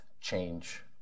change